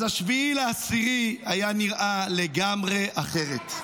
אז 7 באוקטובר היה נראה לגמרי אחרת.